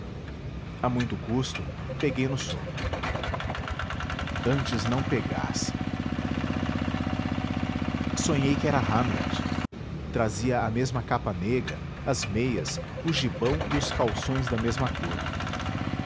a muito custo peguei no sono antes não pegasse sonhei que era hamlet trazia a mesma capa negra as meias o gibão e os calções da mesma cor